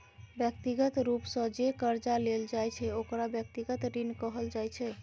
व्यक्तिगत रूप सँ जे करजा लेल जाइ छै ओकरा व्यक्तिगत ऋण कहल जाइ छै